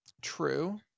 true